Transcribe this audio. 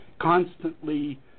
constantly